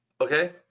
Okay